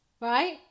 Right